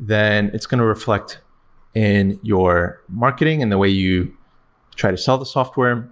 then it's going to reflect in your marketing and the way you try to sell the software